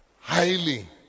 highly